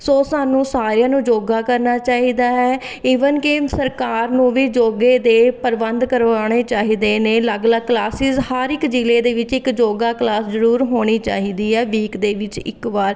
ਸੋ ਸਾਨੂੰ ਸਾਰਿਆਂ ਨੂੰ ਯੋਗਾ ਕਰਨਾ ਚਾਹੀਦਾ ਹੈ ਈਵਨ ਕਿ ਸਰਕਾਰ ਨੂੰ ਵੀ ਯੋਗੇ ਦੇ ਪ੍ਰਬੰਧ ਕਰਵਾਉਣੇ ਚਾਹੀਦੇ ਨੇ ਅਲੱਗ ਅਲੱਗ ਕਲਾਸਿਸ ਹਰ ਇੱਕ ਜ਼ਿਲ੍ਹੇ ਦੇ ਵਿੱਚ ਇੱਕ ਯੋਗਾ ਕਲਾਸ ਜ਼ਰੂਰ ਹੋਣੀ ਚਾਹੀਦੀ ਹੈ ਵੀਕ ਦੇ ਵਿੱਚ ਇੱਕ ਵਾਰ